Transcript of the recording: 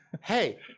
hey